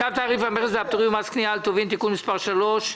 צו תעריף המכס והפטורים ומס קנייה על טובין (תיקון מס' 3),